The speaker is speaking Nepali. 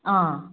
अँ